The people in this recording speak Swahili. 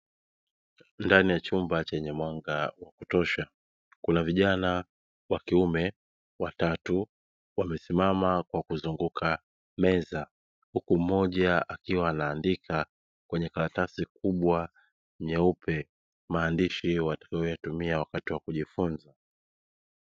Ndani ya chumba chenye mwanga wa kutosha kuna vijana wakiume watatu wamesimama kwa kuzunguka meza, huku mmoja akiwa anaandika kwenye karatasi kubwa nyeupe; maandishi watakayo yatumia wakati wa kujifunza.